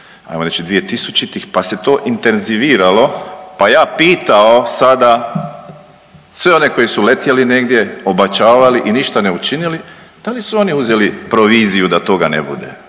ajmo reći 2000.-tih, pa se to intenziviralo, pa ja pitao sada sve one koji su letjeli negdje, obećavali i ništa ne učinili, da li su oni uzeli proviziju da toga ne bude